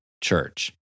church